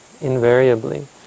invariably